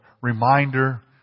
reminder